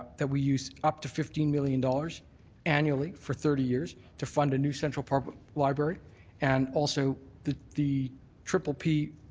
that we use up to fifteen million dollars annually for thirty years to fund a new central public library and also the the triple p.